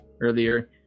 earlier